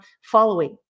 following